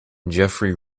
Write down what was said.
jeffery